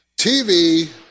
TV